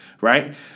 right